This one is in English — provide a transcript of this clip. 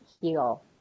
heal